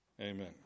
Amen